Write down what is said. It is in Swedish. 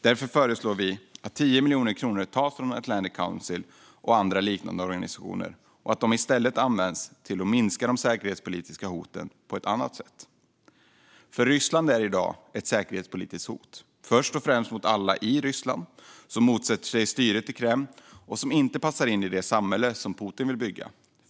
Därför föreslår vi att 10 miljoner kronor tas från Atlantic Council och andra liknande organisationer och att de i stället används till att minska de säkerhetspolitiska hoten på ett annat sätt. Ryssland är i dag ett säkerhetspolitiskt hot, först och främst mot alla i Ryssland som motsätter sig styret i Kreml och som inte passar in i det samhälle som Putin vill bygga.